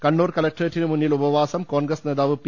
കണ്ണൂർ കലക്ടറേറ്റിന് മുന്നിൽ ഉപവാസം കോൺഗ്രസ് നേതാവ് പി